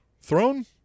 throne